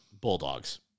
Bulldogs